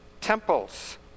temples